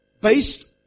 based